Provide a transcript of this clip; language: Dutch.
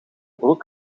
broek